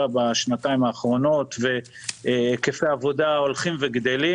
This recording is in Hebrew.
בשנתיים האחרונות והיקפי עבודה הולכים וגדלים.